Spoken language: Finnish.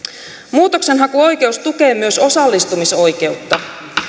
muutoksenhakuoikeus tukee myös osallistumisoikeutta